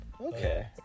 Okay